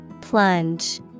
Plunge